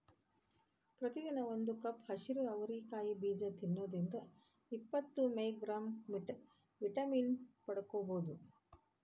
ಪ್ರತಿದಿನ ಒಂದು ಕಪ್ ಹಸಿರು ಅವರಿ ಕಾಯಿ ಬೇಜ ತಿನ್ನೋದ್ರಿಂದ ಇಪ್ಪತ್ತು ಮೈಕ್ರೋಗ್ರಾಂ ವಿಟಮಿನ್ ಪಡ್ಕೋಬೋದು